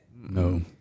No